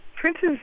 Prince's